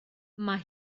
mae